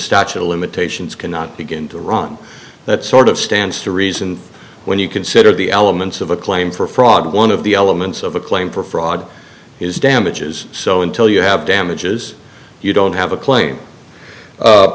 statute of limitations cannot begin to run that sort of stands to reason when you consider the elements of a claim for fraud one of the elements of a claim for fraud is damages so until you have damages you don't have a cla